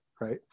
right